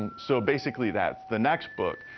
and so basically, that's the next book.